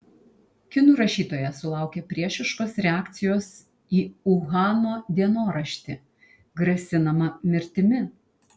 kinų rašytoja sulaukė priešiškos reakcijos į uhano dienoraštį grasinama mirtimi